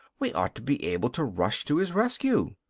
we ought to be able to rush to his rescue.